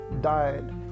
died